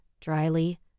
dryly